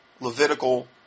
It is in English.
Levitical